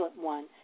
one